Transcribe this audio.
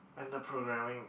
and the programming